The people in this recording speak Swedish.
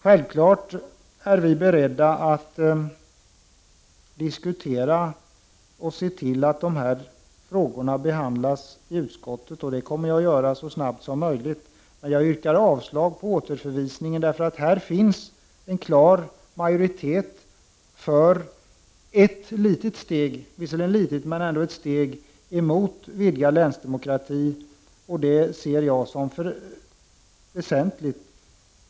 Självfallet är vi beredda att diskutera de här frågorna och se till att de behandlas i utskottet — och det kommer jag att göra så snart som möjligt. Men jag yrkar avslag på förslaget om återförvisning. Det finns nämligen en klar majoritet för ett steg — visserligen litet men ändå ett steg — mot vidgad länsdemokrati, och det ser jag som väsentligt.